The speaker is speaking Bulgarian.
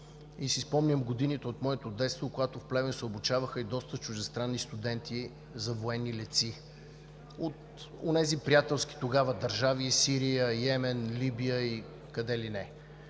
и си спомням годините от моето детство, когато в Плевен се обучаваха и доста чуждестранни студенти за военни летци от онези – тогава приятелски държави – Сирия, Йемен, Либия и къде ли не.